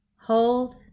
hold